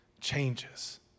changes